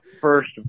first